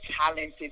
talented